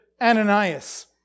Ananias